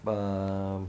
um